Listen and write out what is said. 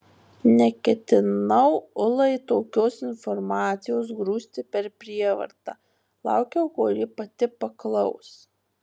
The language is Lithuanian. neketinau ulai tokios informacijos grūsti per prievartą laukiau kol ji pati paklaus